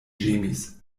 ĝemis